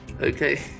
Okay